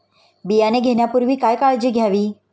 बियाणे घेण्यापूर्वी काय काळजी घ्यावी?